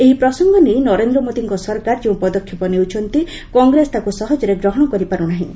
ଏହି ପ୍ରସଙ୍ଗ ନେଇ ନରେନ୍ଦ୍ର ମୋଦିଙ୍କ ସରକାର ଯେଉଁ ପଦକ୍ଷେପ ନେଉଛନ୍ତି କଂଗ୍ରେସ ତାକୁ ସହଜରେ ଗ୍ରହଣ କରିପାରୁ ନାହିଁ